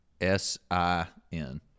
S-I-N